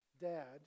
dad